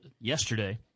yesterday